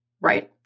Right